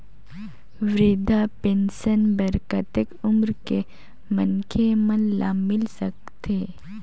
वृद्धा पेंशन बर कतेक उम्र के मनखे मन ल मिल सकथे?